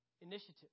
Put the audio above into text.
initiative